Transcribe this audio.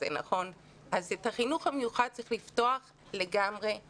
את החינוך המיוחד צריך לפתוח באופן מלא,